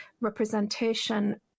representation